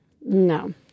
No